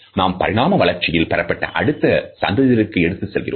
நாம் பரிணாம வளர்ச்சியில் பெறப்பட்டது அடுத்த சந்ததியினருக்கு எடுத்துச் செல்கிறோம்